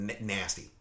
nasty